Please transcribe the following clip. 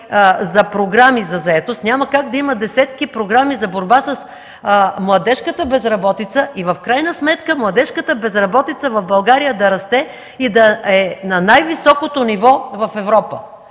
за програми за заетост, няма как да има десетки програми за борба с младежката безработица и в крайна сметка тя в България да расте и да е на най-високото ниво в Европа.